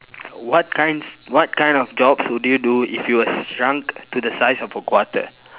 what kinds what kind of jobs would you do if you were shrunk to the size of a quarter